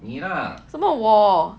什么我